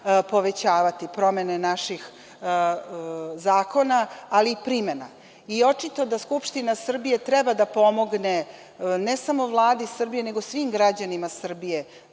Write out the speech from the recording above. povećavati, promene naših zakona, ali i primena. Očito je da Skupština Srbije treba da pomogne ne samo Vladi Srbije nego i svim građanima Srbije